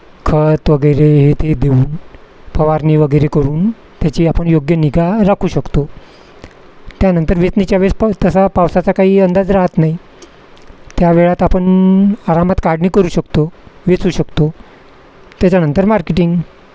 खत वगैरे हे ते देऊन फवारणी वगैरे करून त्याची आपण योग्य निगा राखू शकतो त्यानंतर वेचणीच्या वेळेस प तसा पावसाचा काही अंदाज राहत नाही त्या वेळात आपण आरामात काढणी करू शकतो वेचू शकतो त्याच्यानंतर मार्केटिंग